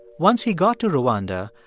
once he got to rwanda,